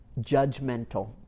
judgmental